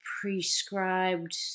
prescribed